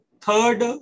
third